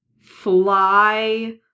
fly